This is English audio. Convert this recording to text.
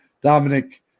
Dominic